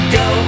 go